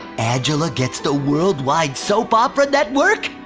angela gets the world wide soap opera network?